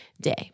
day